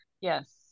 Yes